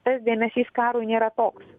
tas dėmesys karui nėra toks